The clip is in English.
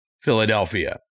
Philadelphia